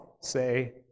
say